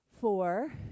four